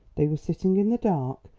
they were sitting in the dark,